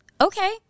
okay